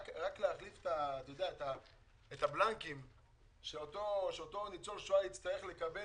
רק להחליף את הבלנקים שאותו ניצול שואה יצטרך לקבל